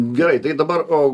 gerai tai dabar o